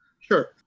Sure